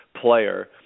player